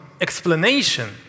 explanation